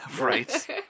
Right